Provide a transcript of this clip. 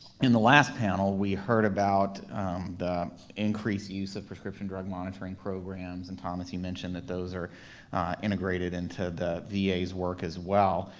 in the last panel, we heard about the increased used of prescription drug monitoring programs and thomas, you mention that those are integrated into the the va's work as well.